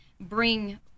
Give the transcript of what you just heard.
bring